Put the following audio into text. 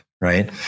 Right